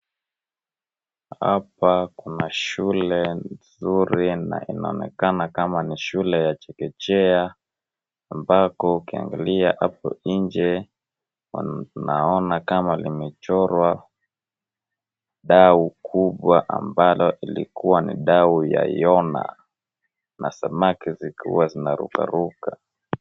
Hapa kuna shule nzuri na inaonekana kama ni shule ya chekechea ambako ukiangalia hapo nje naona kama limechorwa dau kubwa ambalo ilikuwa ni dau ya Yona na samaki zikiwa zinarukaruka.